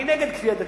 אני נגד כפייה דתית.